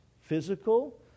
physical